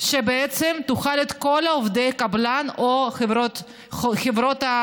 שבעצם תחול על כל עובדי הקבלן או חברות השירות,